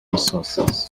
resources